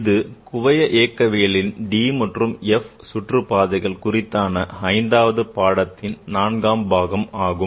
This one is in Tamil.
இது குவைய இயக்கவியலின் d மற்றும் f சுற்றுப் பாதைகள் குறித்தான ஐந்தாவது பாடத்தின் நான்காவது பாகம் ஆகும்